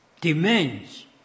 demands